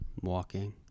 Walking